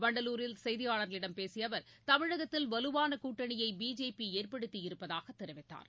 வண்டலூரில் செய்தியாளர்களிடம் பேசிய அவர் தமிழகத்தில் வலுவான கூட்டணியை பிஜேபி ஏற்படுத்தியிருப்பதாக தெரிவித்தார்